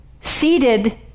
seated